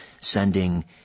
sending